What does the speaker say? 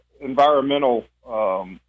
environmental